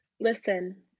listen